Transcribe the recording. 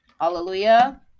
Hallelujah